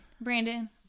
Brandon